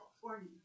California